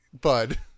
bud